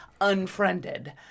unfriended